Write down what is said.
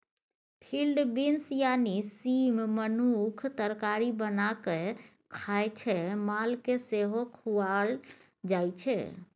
field beans यानी सीम मनुख तरकारी बना कए खाइ छै मालकेँ सेहो खुआएल जाइ छै